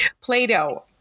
Play-Doh